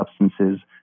substances